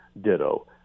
ditto